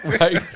Right